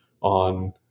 on